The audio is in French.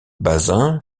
bazin